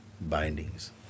bindings